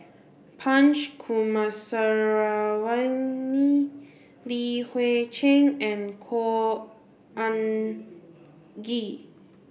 Punch Coomaraswamy Li Hui Cheng and Khor Ean Ghee